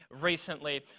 recently